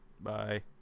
Bye